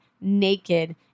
naked